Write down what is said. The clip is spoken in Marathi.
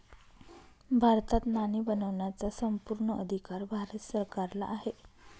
भारतात नाणी बनवण्याचा संपूर्ण अधिकार भारत सरकारला आहे